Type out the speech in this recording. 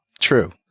True